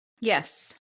Yes